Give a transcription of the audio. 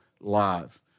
live